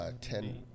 ten